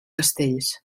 castells